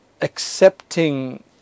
accepting